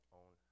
own